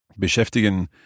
Beschäftigen